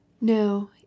No